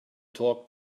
talk